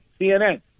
CNN